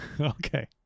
Okay